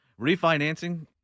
Refinancing